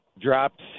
drops